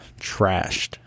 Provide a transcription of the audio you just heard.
trashed